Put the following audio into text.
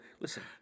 listen